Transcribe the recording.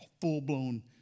full-blown